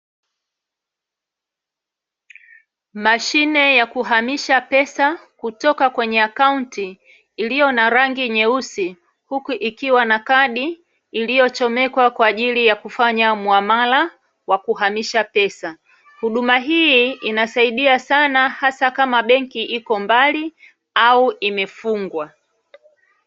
Mashine ya kuhamisha pesa, kutoka kwenye akaunti, iliyo na rangi nyeusi, huku ikiwa na kadi iliyochomekwa kwaajili ya kufanya muamala wa kuhamisha pesa, huduma hii inasaidia sana hasa kama benki iko mbali au imefungwa.